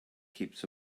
keeps